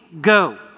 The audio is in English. go